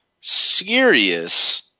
serious